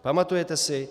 Pamatujete si?